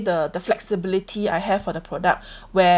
the the flexibility I have for the product where